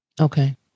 Okay